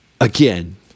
again